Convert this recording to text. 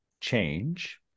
change